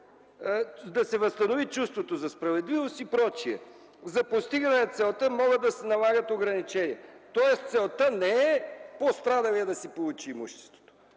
да се възстанови чувството за справедливост и прочие. За постигане на целта могат да се налагат ограничения. Тоест целта не е пострадалият да си получи имуществото.